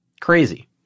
Crazy